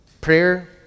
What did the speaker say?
Prayer